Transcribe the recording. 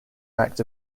act